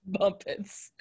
Bumpets